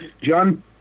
John